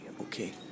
okay